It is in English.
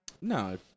No